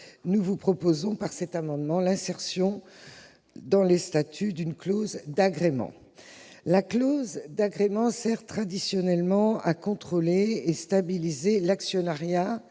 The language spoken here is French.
nous proposons, par cet amendement, l'insertion dans les statuts d'une clause d'agrément. La clause d'agrément sert traditionnellement à contrôler et à stabiliser l'actionnariat